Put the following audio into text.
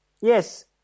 Yes